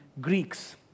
Greeks